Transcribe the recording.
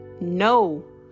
no